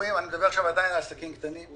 מדבר עכשיו עדיין על העסקים הקטנים.